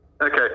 Okay